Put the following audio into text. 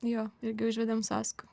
jo irgi užvedėm su asku